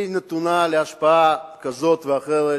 היא נתונה להשפעה כזאת ואחרת